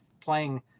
playing